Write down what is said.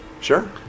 Sure